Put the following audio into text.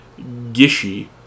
gishy